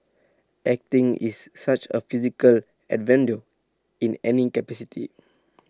acting is such A physical in any capacity